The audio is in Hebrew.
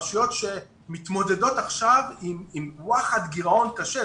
רשויות שמתמודדות עכשיו עם גירעון קשה,